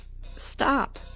Stop